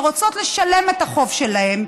שרוצות לשלם את החוב שלהן,